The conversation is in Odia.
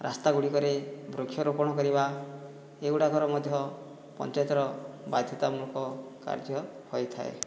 ରାସ୍ତାଗୁଡ଼ିକରେ ବୃକ୍ଷରୋପଣ କରିବା ଏଗୁଡ଼ିକର ମଧ୍ୟ ପଞ୍ଚାୟତର ବାଧ୍ୟତାମୂଳକ କାର୍ଯ୍ୟ ହୋଇଥାଏ